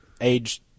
age